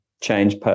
change